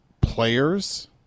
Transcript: players